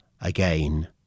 again